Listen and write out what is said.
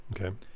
Okay